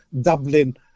Dublin